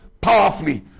powerfully